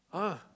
!huh!